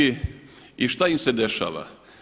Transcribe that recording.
I šta im se dešava?